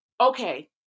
Okay